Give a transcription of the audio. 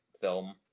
film